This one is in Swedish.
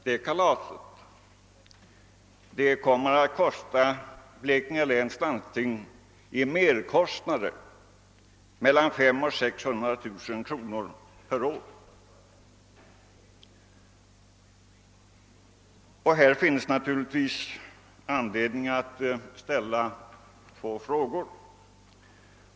Det kalaset kommer att kosta Blekinge läns landsting mellan 500 000 och 600 000 kronor per år i merkostnader. Här finns det naturligtvis anledning att ställa några frågor.